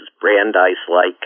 Brandeis-like